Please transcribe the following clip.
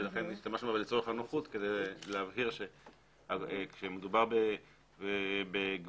השתמשנו בה לצורך הנוחות כדי להבהיר שכשמדובר בגבייה